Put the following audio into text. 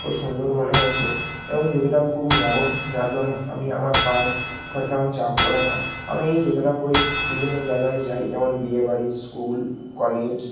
ও সুন্দর মনে হয়েছে এবং জুতোটা খুব নরম যার জন্য আমি আমার পায়ে চাপ পড়ে না আমি এই জুতোটা পরে বিভিন্ন জায়গায় যাই যেমন বিয়ে বাড়ি স্কুল কলেজ